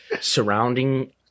surrounding